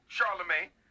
Charlemagne